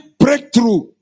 breakthrough